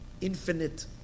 infinite